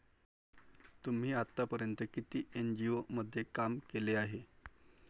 तुम्ही आतापर्यंत किती एन.जी.ओ मध्ये काम केले आहे?